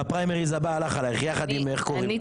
בפריימריז הבא הלך עלייך יחד עם --- אני לא אוכלת.